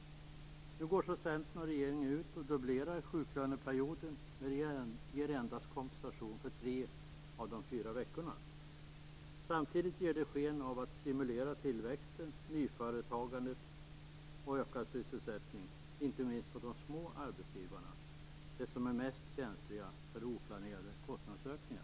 Nu går Centern och regeringen ut och dubblerar sjuklöneperioden, men ger endast kompensation för tre av de fyra veckorna. Samtidigt ger de sken av att stimulera tillväxt, nyföretagande och ökad sysselsättning inte minst hos de små arbetsgivarna - de som är mest känsliga för oplanerade kostnadsökningar.